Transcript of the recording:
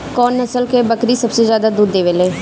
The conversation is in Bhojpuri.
कौन नस्ल की बकरी सबसे ज्यादा दूध देवेले?